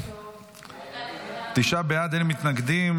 תשעה בעד, אין מתנגדים.